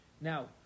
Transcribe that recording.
Now